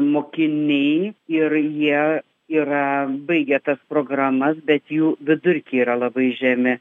mokiniai ir jie yra baigę tas programas bet jų vidurkiai yra labai žemi